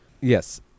Yes